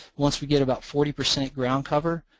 once we get about forty percent ground cover,